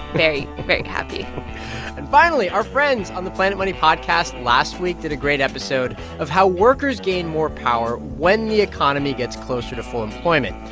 very, very happy and finally, our friends on the planet money podcast last week did a great episode of how workers gain more power when the economy gets closer to full employment,